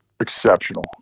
exceptional